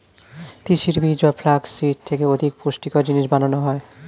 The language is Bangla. তিসির বীজ বা ফ্লাক্স সিড থেকে অধিক পুষ্টিকর জিনিস বানানো হয়